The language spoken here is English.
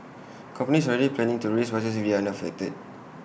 companies are already planning to raise prices if they are affected